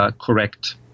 correct